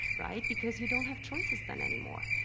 right, because you don't have choices then any more.